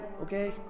okay